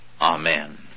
amen